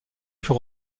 put